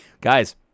guys